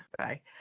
sorry